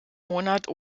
monat